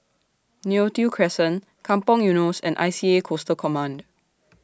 Neo Tiew Crescent Kampong Eunos and I C A Coastal Command